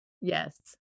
Yes